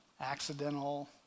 accidental